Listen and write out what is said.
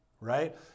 right